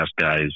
guys